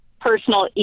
personal